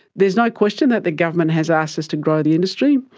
there's no question that the government has asked us to grow the industry,